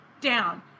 down